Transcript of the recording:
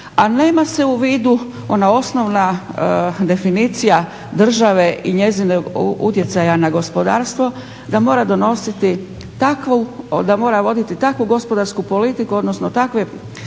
a nema se u vidu ona osnovna definicija države i njezinog utjecaja na gospodarstvo da mora voditi takvu gospodarsku politiku, odnosno takve